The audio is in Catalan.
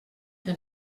que